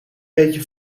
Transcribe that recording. beetje